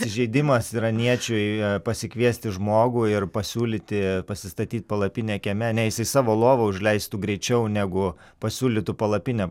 įžeidimas iraniečiui pasikviesti žmogų ir pasiūlyti pasistatyt palapinę kieme ne jisai savo lovą užleistų greičiau negu pasiūlytų palapinę